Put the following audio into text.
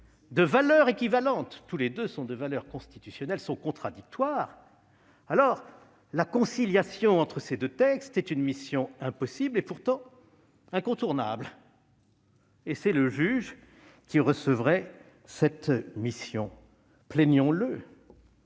de valeur équivalente- tous les deux ont valeur constitutionnelle -sont contradictoires, la conciliation entre les deux est une mission impossible, et pourtant incontournable. Et c'est le juge qui en serait chargé. Plaignons-le !